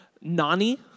Nani